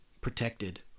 protected